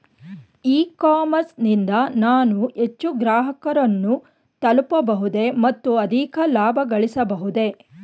E commerce ನಿಂದ ನಾನು ಹೆಚ್ಚು ಗ್ರಾಹಕರನ್ನು ತಲುಪಬಹುದೇ ಮತ್ತು ಅಧಿಕ ಲಾಭಗಳಿಸಬಹುದೇ?